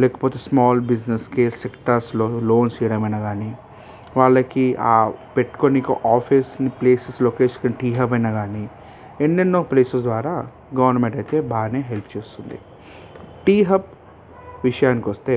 లేకపోతే small business cares సెక్టార్స్లో loans ఇవ్వడమైనా కానీ వాళ్ళకి ఆ పెట్టుకొవడానికి ఆఫీస్ని ప్లేసెస్ లోకేష్ టీ హబ్ అయినా కానీ ఎన్నెన్నో ప్లేసెస్ ద్వారా గవర్నమెంట్ అయితే బాగానే హెల్ప్ చేస్తుంది టీ హబ్ విషయానికి వస్తే